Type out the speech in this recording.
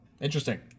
interesting